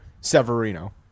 Severino